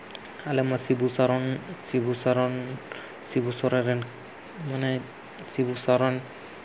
ᱟᱞᱮ ᱢᱟ ᱥᱤᱵᱩ ᱥᱚᱨᱮᱱ ᱥᱤᱵᱩ ᱥᱚᱨᱮᱱ ᱥᱤᱵᱩ ᱥᱚᱨᱮᱱ ᱨᱮᱱ ᱢᱟᱱᱮ ᱥᱤᱵᱩ ᱥᱚᱨᱮᱱ